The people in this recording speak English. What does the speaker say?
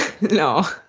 no